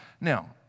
Now